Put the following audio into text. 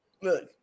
Look